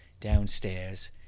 downstairs